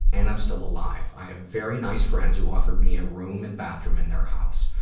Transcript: and i'm still alive. i have very nice friends who offered me a room and bathroom in their house.